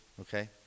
okay